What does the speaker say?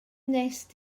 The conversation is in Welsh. wnest